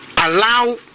allow